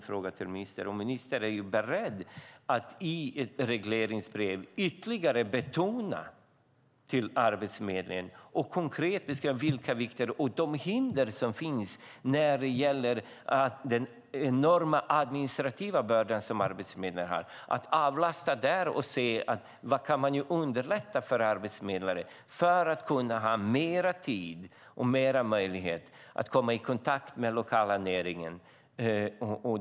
Är ministern beredd att i regleringsbrev ytterligare konkret betona vikten av det till Arbetsförmedlingen? Det handlar om de hinder som finns i den enorma administrativa börda Arbetsförmedlingen har och att avlasta för att underlätta för arbetsförmedlare så att de ska kunna ha mer tid och möjlighet att komma i kontakt med den lokala näringen.